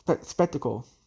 spectacle